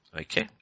Okay